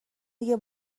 دیگه